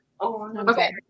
okay